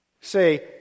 say